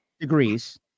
degrees